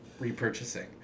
repurchasing